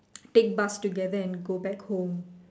take bus together and go back home